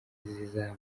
zizaba